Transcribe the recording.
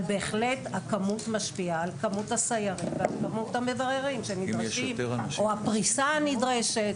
בהחלט הכמות משפיעה על כמות הסיירים ועל כמות המבררים או הפריסה הנדרשת.